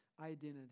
identity